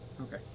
Okay